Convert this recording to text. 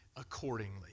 Accordingly